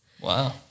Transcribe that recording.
Wow